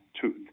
tooth